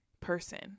person